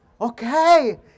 Okay